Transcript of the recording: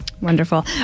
Wonderful